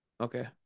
Okay